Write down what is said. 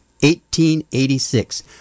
1886